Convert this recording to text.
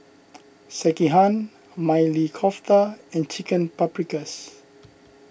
Sekihan Maili Kofta and Chicken Paprikas